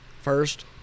first